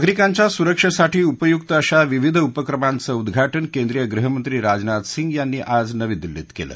नागरिकांच्या सुरक्षेसाठी उपयुक अशा विविध उपक्रमांचं उद्घाटन केंद्रीय गृह मंत्री राजनाथ सिंह यांनी आज नवी दिल्लीत केलं